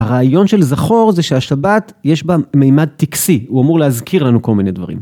הרעיון של זכור זה שהשבת יש בה מימד טקסי, הוא אמור להזכיר לנו כל מיני דברים.